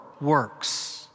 works